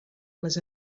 les